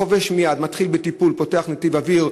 החובש מייד מתחיל בטיפול, פותח נתיב אוויר.